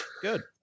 Good